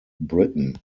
britain